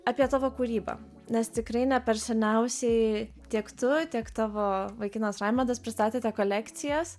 apie tavo kūrybą nes tikrai ne per seniausiai tiek tu tiek tavo vaikinas raimundas pristatėte kolekcijas